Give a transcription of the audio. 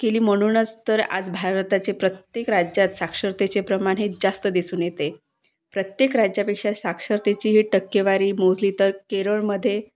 केली म्हणूनच तर आज भारताचे प्रत्येक राज्यात साक्षरतेचे प्रमाण हे जास्त दिसून येते प्रत्येक राज्यापेक्षा साक्षरतेची हे टक्केवारी मोजली तर केरळमध्ये